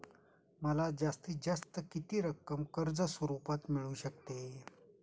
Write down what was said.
मला जास्तीत जास्त किती रक्कम कर्ज स्वरूपात मिळू शकते?